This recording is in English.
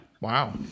wow